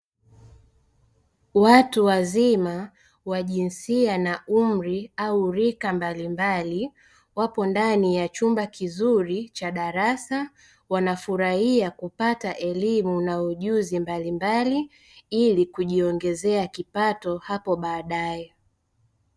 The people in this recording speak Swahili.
Watu wazima wa jinsia na umri au rika mbalimbali wapo ndani ya chumba kizuri cha darasa wanafurahia kupata elimu na ujuzi mbalimbali ili kujiongezea kipato hapo baadae.